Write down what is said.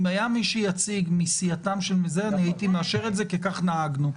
אם היה מי שיציג מסיעתם אני הייתי מאשר את זה כי כך נהגנו.